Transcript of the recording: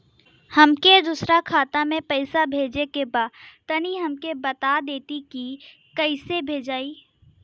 हमके दूसरा खाता में पैसा भेजे के बा तनि हमके बता देती की कइसे भेजाई?